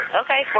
Okay